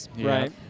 Right